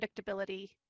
predictability